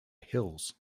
hills